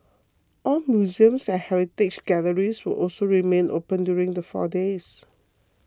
all museums and heritage galleries will also remain open during the four days